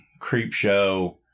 Creepshow